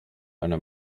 under